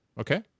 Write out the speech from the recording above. Okay